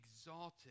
exalted